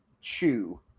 chew